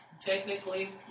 technically